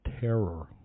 terror